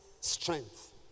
strength